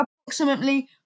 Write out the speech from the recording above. approximately